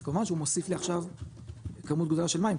אז כמובן שהוא מוסיף לי עכשיו כמות גדולה של מים,